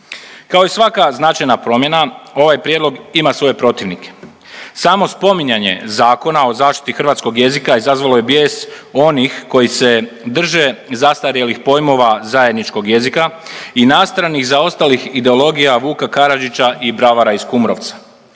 Kao i svaka značajna promjena, ovaj prijedlog ima svoje protivnike. Samo spominjanje Zakona o zaštiti hrvatskog jezika izazvalo je bijes onih koji se drže zastarjelih pojmova zajedničkog jezika i nastranih, zaostalih ideologija Vuka Karadžića i bravara iz Kumrovca.